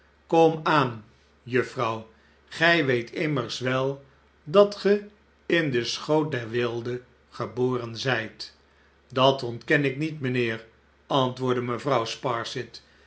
aan juffrouw gij weet immers wel dat ge in den schoot der weelde geboren zijt dat ontken ik niet mijnheer antwoordde mevrouw sparsit